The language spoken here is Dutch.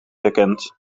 herkent